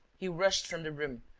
he rushed from the room,